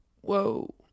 Whoa